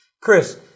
Chris